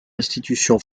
institution